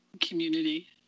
community